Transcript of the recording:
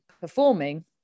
performing